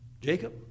Jacob